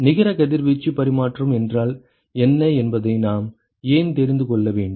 நிகர கதிர்வீச்சு பரிமாற்றம் என்றால் என்ன என்பதை நாம் ஏன் தெரிந்து கொள்ள வேண்டும்